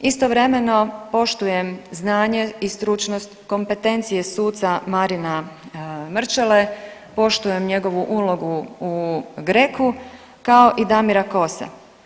Istovremeno, poštujem znanje i stručnost, kompetencije suca Marina Mrčele, poštujem njegovu ulogu u GRECO-u, kao i Damira Kosa.